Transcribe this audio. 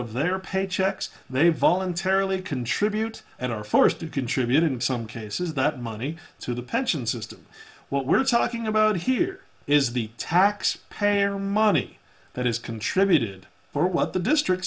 of their paychecks they voluntarily contribute and are forced to contribute in some cases not money to the pension system what we're talking about here is the tax payer money that is contributed or what the district